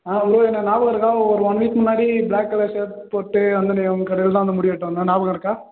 ஆ உங்களுக்கு என்ன ஞாபகம் இருக்கா ஒரு ஒன் வீக் முன்னாடி ப்ளாக் கலர் ஷர்ட் போட்டு வந்தேனே உங்கள் கடையில் தான் நான் முடி வெட்ட வந்தேன் ஞாபகம் இருக்கா